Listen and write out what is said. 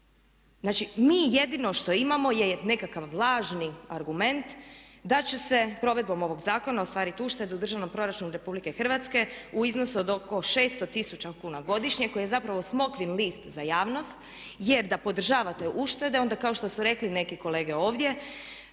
mi jedino što imamo je nekakav vlažni argument da će se provedbom ovog zakona ostvariti ušteda u Državnom proračunu RH u iznosu od oko 600 tisuća kuna godišnje koji je zapravo smokvin list za javnost jer da podržavate uštede onda kao što su rekli neke kolege ovdje